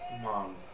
Mom